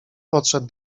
podszedł